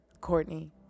Courtney